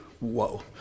Whoa